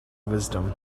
wisdom